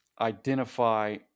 identify